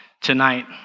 tonight